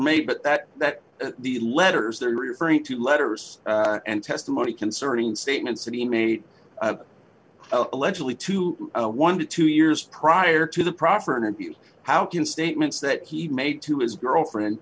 made but that that the letters they're referring to letters and testimony concerning statements that he made allegedly to a one to two years prior to the proffer interview how can statements that he made to his girlfriend